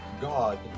God